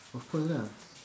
of course ah